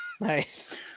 Nice